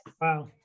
Wow